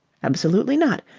absolutely not!